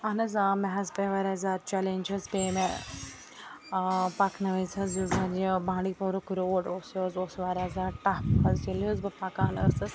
اہن حظ آ مےٚ حظ پیٚے واریاہ زیادٕ چیٚلینٛج حظ پیٚے مےٚ ٲں پَکنہٕ وزۍ حظ یُس زَن یہِ بانٛڈی پوراہک روڈ اوس یہِ حظ اوس واریاہ زیادٕ ٹَف حظ ییٚلہِ حظ بہٕ پَکان ٲسٕس